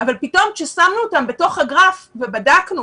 אבל פתאום כששמנו אותם בתוך הגרף ובדקנו